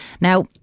Now